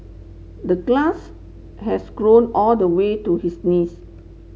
the glass has grown all the way to his knees